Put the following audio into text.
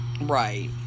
Right